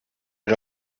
had